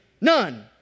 None